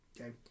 Okay